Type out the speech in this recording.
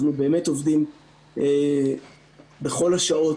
אנחנו באמת עובדים בכל השעות,